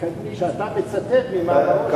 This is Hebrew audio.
שאתה תצטט ממאמרו של,